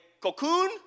cocoon